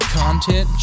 content